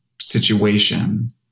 situation